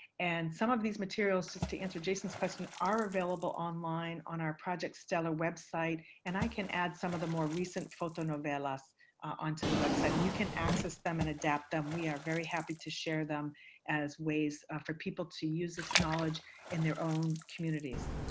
and some of these materials, just to answer jason's question, are available online on our project stellar website. and i can add some of the more recent fotonovelas onto the website. and you can access them and adapt them. we are very happy to share them as ways for people to use this knowledge in their own communities.